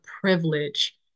privilege